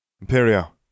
Imperio